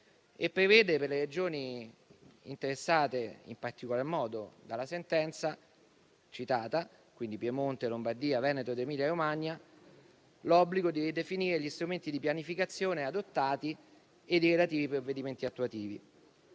prevede, per le Regioni interessate in particolar modo dalla sentenza citata (quindi Piemonte, Lombardia, Veneto ed Emilia-Romagna) l'obbligo di definire gli strumenti di pianificazione adottati e i relativi provvedimenti attuativi.